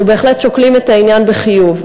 אנחנו בהחלט שוקלים את העניין בחיוב.